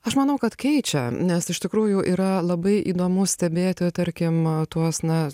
aš manau kad keičia nes iš tikrųjų yra labai įdomu stebėti tarkim tuos na